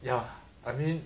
ya I mean